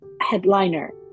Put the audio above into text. headliner